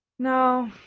no.